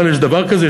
יש בכלל דבר כזה?